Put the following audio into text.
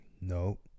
No